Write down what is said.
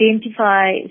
identify